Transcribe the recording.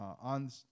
On